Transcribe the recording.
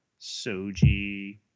Soji